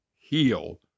heal